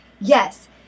Yes